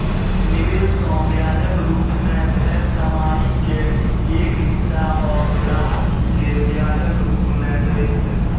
निवेश सं ब्याजक रूप मे भेल कमाइ के एक हिस्सा ओ ग्राहक कें ब्याजक रूप मे दए छै